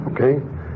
okay